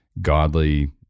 godly